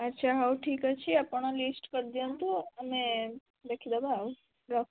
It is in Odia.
ଆଚ୍ଛା ହଉ ଠିକ୍ ଅଛି ଆପଣ ଲିଷ୍ଟ କରିଦିଅନ୍ତୁ ଆମେ ଦେଖିଦେବା ଆଉ ରଖୁଛି